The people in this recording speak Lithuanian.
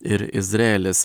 ir izraelis